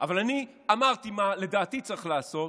אבל אני אמרתי מה לדעתי צריך לעשות.